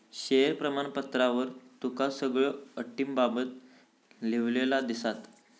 share प्रमाणपत्रावर तुका सगळ्यो अटींबाबत लिव्हलेला दिसात